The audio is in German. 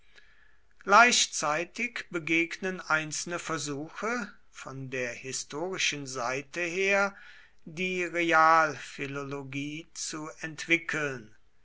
gleichzeitig begegnen einzelne versuche von der historischen seite her die realphilologie zu entwickeln